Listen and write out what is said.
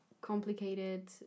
complicated